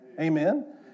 Amen